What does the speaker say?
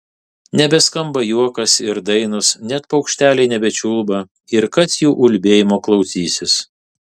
nebeskamba juokas ir dainos net paukšteliai nebečiulba ir kas jų ulbėjimo klausysis